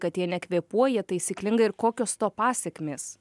kad jie nekvėpuoja taisyklingai ir kokios to pasekmės